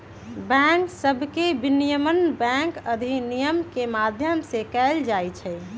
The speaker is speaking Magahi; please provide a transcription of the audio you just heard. बैंक सभके विनियमन बैंक अधिनियम के माध्यम से कएल जाइ छइ